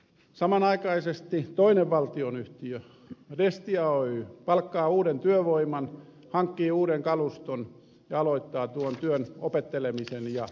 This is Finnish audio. samanaikaisesti toinen valtionyhtiö destia oy palkkaa uuden työvoiman hankkii uuden kaluston ja aloittaa tuon työn opettelemisen